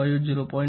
5 0